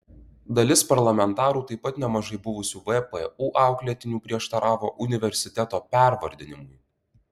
dalis parlamentarų taip pat nemažai buvusių vpu auklėtinių prieštaravo universiteto pervardinimui